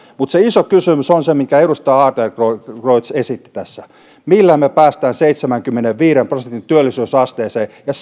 mutta se iso kysymys on se minkä edustaja adlercreutz esitti tässä eli millä me pääsemme seitsemänkymmenenviiden prosentin työllisyysasteeseen ja